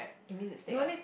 you mean lipstick ah